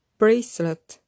bracelet